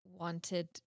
wanted